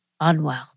Unwell